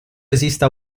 esista